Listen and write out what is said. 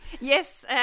Yes